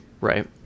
Right